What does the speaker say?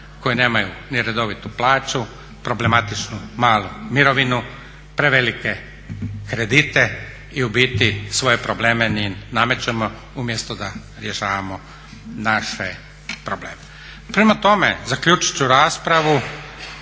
koji nemaju ni redovitu plaću, problematičnu malu mirovinu, prevelike kredite i u biti svoje probleme im namećemo umjesto da rješavamo naše probleme. Prema tome zaključit ću raspravu,